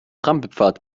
trampelpfad